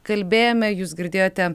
kalbėjome jūs girdėjote